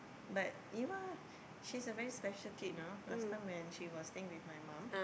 but Eva she's a very special kid know last time when she was staying with mum